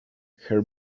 her